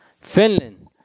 Finland